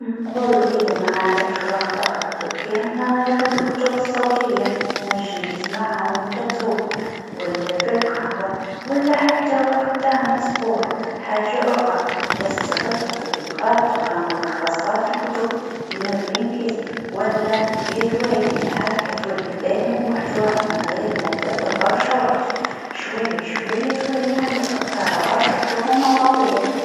نقولو اذا معندكش وقت تقرا كتب كامله جرب الكتب الصوتيه، تنجم تسمعها و أنت تسوق و لا في القهوه و لا حتى وقت تعمل الصبور، حاجه أخرى إستغل تطبيقات تقرا ملخصات الكتب كيما بلينغ كيست و لا هيدواي هكا تولي فاهم المحتوى بلا ما تاخذ برشا وقت، شويا شويا تولي عندك فكرا على برشا كتب و مواضيع.